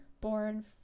born